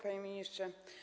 Panie Ministrze!